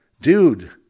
dude